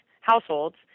households